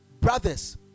brothers